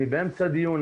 אני באמצע דיון,